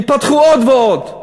ייפתחו עוד ועוד.